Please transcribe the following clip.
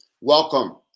Welcome